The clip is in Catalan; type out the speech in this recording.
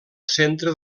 centre